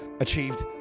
achieved